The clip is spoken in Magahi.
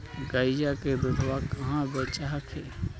गईया के दूधबा कहा बेच हखिन?